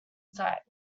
sites